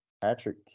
Patrick